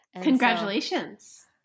Congratulations